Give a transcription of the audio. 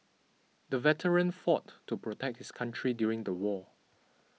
the veteran fought to protect his country during the war